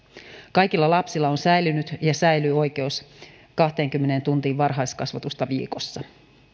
kaikilla lapsilla on säilynyt ja säilyy oikeus kahteenkymmeneen tuntiin varhaiskasvatusta viikossa